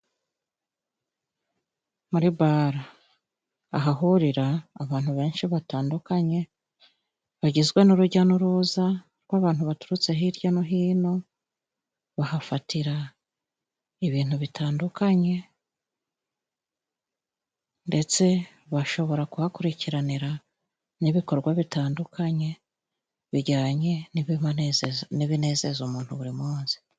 Muri bara, ahahurira abantu benshi batandukanye, bagizwe n'urujya n'uruza rw'abantu baturutse hirya no hino, bahafatira ibintu bitandukanye, ndetse bashobora kuhakurikiranira n'ibikorwa bitandukanye bijyanye n'ibibanezeza n'ibinezeza umuntu buri munsi.